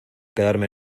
quedarme